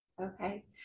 Okay